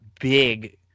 big